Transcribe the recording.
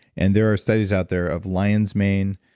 and there are studies out there of lion's mane,